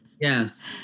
Yes